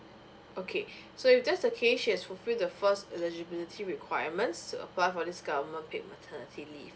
okay so if that's the case she has fulfill the first eligibility requirements to apply for this government paid maternity leave